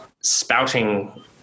spouting